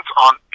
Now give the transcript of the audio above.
on